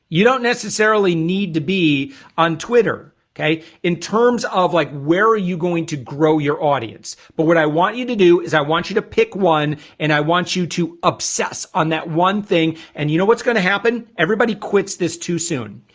you don't necessarily need to be on twitter okay in terms of like where are you going to grow your audience? but what i want you to do is i want you to pick one and i want you to obsess on that one thing and you know, what's gonna happen everybody quits this too soon,